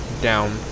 down